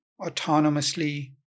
autonomously